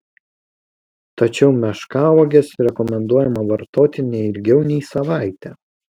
tačiau meškauoges rekomenduojama vartoti ne ilgiau nei savaitę